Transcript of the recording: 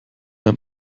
ein